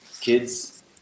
kids